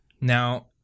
Now